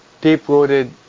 deep-rooted